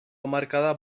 hamarkada